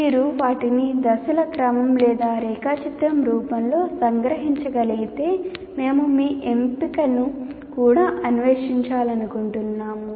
మీరు వాటిని దశల క్రమం లేదా రేఖాచిత్రం రూపంలో సంగ్రహించగలిగితే మేము మీ ఎంపికను కూడా అన్వేషించాలనుకుంటున్నాము